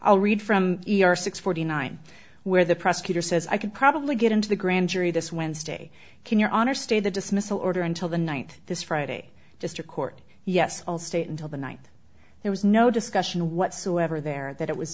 i'll read from e r six forty nine where the prosecutor says i could probably get into the grand jury this wednesday can your honor stay the dismissal order until the ninth this friday district court yes all state until the ninth there was no discussion whatsoever there that it was